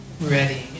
ready